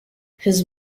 his